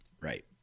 Right